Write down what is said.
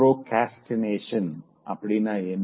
procrastination அப்படினா என்ன